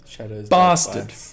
Bastard